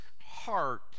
heart